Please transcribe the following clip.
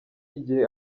igihe